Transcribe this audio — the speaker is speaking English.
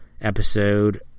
episode